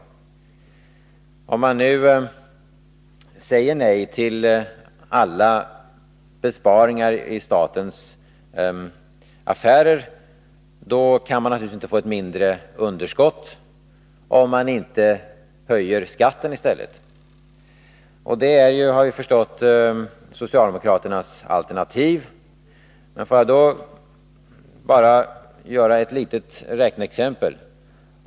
Men om man säger nej till alla besparingar i statens affärer, då kan man naturligtvis inte få ett mindre underskott om man inte i stället höjer skatten. Som vi har förstått är det socialdemokraternas alternativ. Låt mig i det sammanhanget ge ett litet räkneexempel.